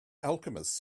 alchemist